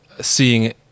seeing